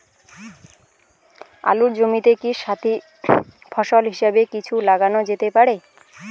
আলুর জমিতে কি সাথি ফসল হিসাবে কিছু লাগানো যেতে পারে?